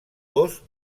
gos